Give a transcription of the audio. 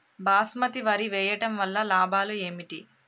బాస్మతి వరి వేయటం వల్ల లాభాలు ఏమిటి?